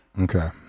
Okay